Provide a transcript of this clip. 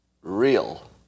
real